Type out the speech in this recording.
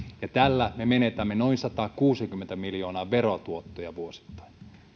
ja tällä me menetämme noin satakuusikymmentä miljoonaa verotuottoja vuosittain